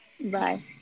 Bye